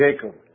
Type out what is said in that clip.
Jacob